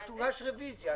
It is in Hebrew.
אבל תוגש רוויזיה.